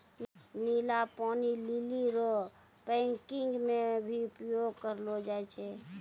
नीला पानी लीली रो पैकिंग मे भी उपयोग करलो जाय छै